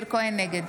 נגד